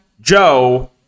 Joe